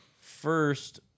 first